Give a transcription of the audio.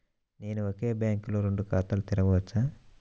నేను ఒకే బ్యాంకులో రెండు ఖాతాలు తెరవవచ్చా?